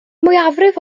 mwyafrif